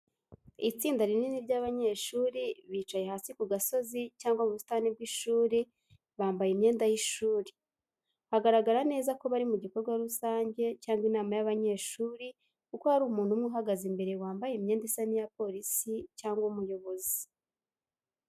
Itsinda rinini ry’abanyeshuri bicaye hasi ku gasozi cyangwa mu busitani bw’ishuri bambaye imyenda y’ishuri. Hagaragara neza ko bari mu gikorwa rusange cyangwa inama y’abanyeshuri kuko hari umuntu umwe uhagaze imbere wambaye imyenda isa n’iya polisi cyangwa umuyobozi.